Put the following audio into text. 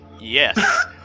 Yes